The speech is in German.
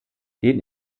den